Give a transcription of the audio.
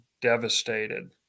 devastated